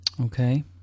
Okay